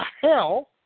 hell